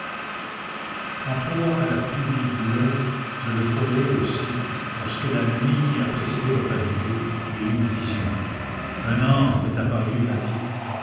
en proie à la plus vive douleur je le croyais aussi lorsque la nuit qui a précédé votre arrivée j'ai eu une vision un ange m'est apparu et m'a dit